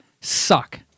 suck